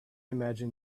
imagine